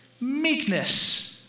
Meekness